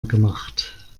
gemacht